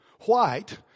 white